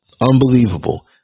Unbelievable